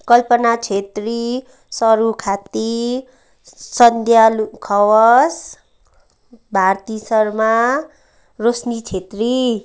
Kalpana Chhetri Saru Khati Sandhya Lu Khawas Bharati Sharma Roshani Chhetri